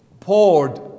Poured